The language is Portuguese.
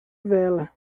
vela